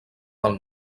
del